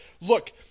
look